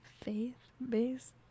faith-based